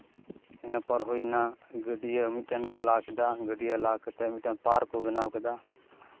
ᱤᱱᱟᱹ ᱯᱚᱨ ᱦᱩᱭᱱᱟ ᱜᱟᱹᱰᱭᱟᱹ ᱢᱤᱫᱴᱮᱱ ᱠᱚ ᱞᱟ ᱠᱮᱫᱟ ᱜᱟᱹᱰᱭᱟᱹ ᱞᱟᱜ ᱠᱟᱛᱮ ᱢᱤᱫᱴᱮᱱ ᱯᱟᱨᱠ ᱠᱚ ᱵᱮᱱᱟᱣ ᱠᱮᱫᱟ